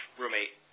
roommate